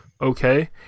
Okay